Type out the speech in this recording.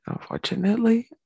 unfortunately